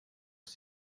het